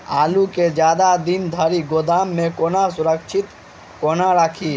आलु केँ जियादा दिन धरि गोदाम मे कोना सुरक्षित कोना राखि?